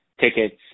tickets